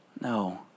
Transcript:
no